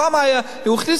כשהוא הכניס את זה,